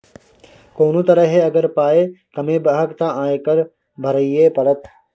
कोनो तरहे अगर पाय कमेबहक तँ आयकर भरइये पड़त